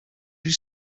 you